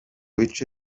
bice